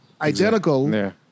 identical